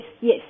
yes